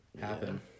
happen